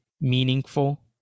meaningful